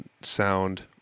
sound